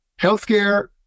Healthcare